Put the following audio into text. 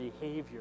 behavior